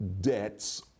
debts